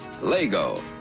Lego